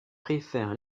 préfère